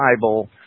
Bible